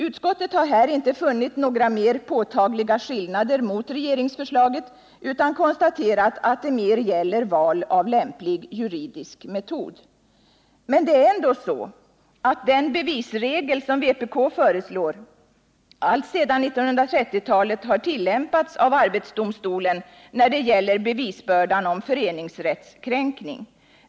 Utskottet har här inte funnit några mer påtagliga skillnader mot regeringsförslaget utan konstaterat att det mer gäller val av lämplig juridisk metod. Men det är ändå så att den bevisregel som vpk föreslår alltsedan 1930-talet tillämpats av arbetsdomstolen när det gäller bevisbördan om föreningsrättskränkning.